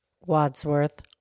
Wadsworth